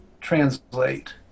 translate